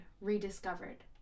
rediscovered